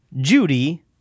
Judy